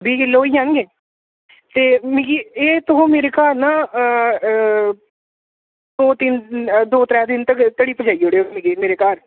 बीह् किलो होई जान गे ते मिगी एह् तोह् मेरे घर न आं दो तिन दिन दो त्रैऽ दिन तक्कर धोड़ी पजाई ओड़ेआ मेरे घर